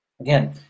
Again